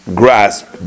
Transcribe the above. grasp